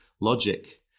logic